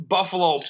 Buffalo